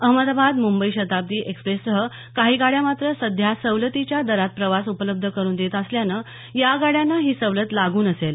अहमदाबाद मुंबई शताब्दी एक्सप्रेससह काही गाड्या मात्र सध्या सवलतीच्या दरात प्रवास उपलब्ध करून देत असल्यानं या गाड्यांना ही सवलत लागू नसेल